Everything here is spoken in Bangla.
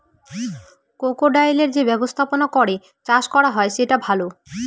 ক্রোকোডাইলের যে ব্যবস্থাপনা করে চাষ করা হয় সেটা ভালো